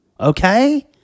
Okay